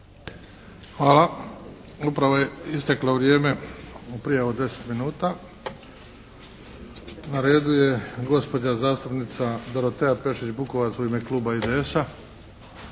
Hvala. Upravo je isteklo vrijeme za prijavu od 10 minuta. Na redu je gospođa zastupnica Dorotea Pešić-Bukovac u ime kluba IDS-a.